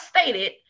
stated